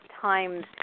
times